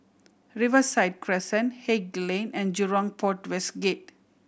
Riverside Crescent Haig Lane and Jurong Port West Gate